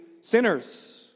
Sinners